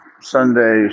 Sunday